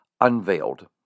unveiled